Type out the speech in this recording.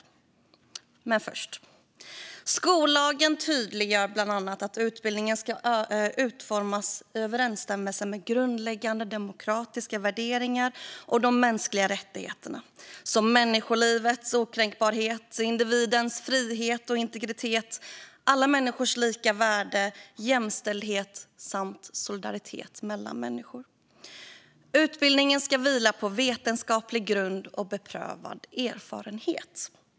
Först ska jag dock säga följande: Skollagen tydliggör bland annat att utbildningen ska utformas i överensstämmelse med grundläggande demokratiska värderingar och de mänskliga rättigheterna, såsom människolivets okränkbarhet, individens frihet och integritet, alla människors lika värde, jämställdhet samt solidaritet mellan människor. Utbildningen ska vila på vetenskaplig grund och beprövad erfarenhet.